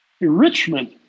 enrichment